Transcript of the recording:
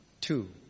Two